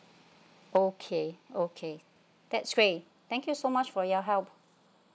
okay okay that's great thank you so much for your help